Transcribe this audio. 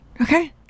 okay